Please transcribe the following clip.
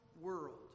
world